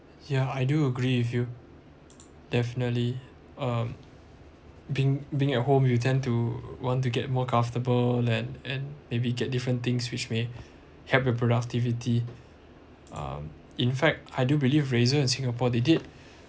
ya I do agree with you definitely um being being at home you tend to want to get more comfortable land and maybe get different things which may help your productivity um in fact I do believe razer in singapore they did